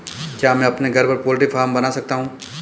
क्या मैं अपने घर पर पोल्ट्री फार्म बना सकता हूँ?